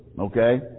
okay